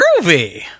Groovy